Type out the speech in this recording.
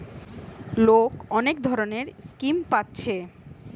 লোক অনেক ধরণের স্কিম পাচ্ছে